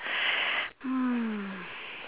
mm